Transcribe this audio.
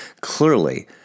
Clearly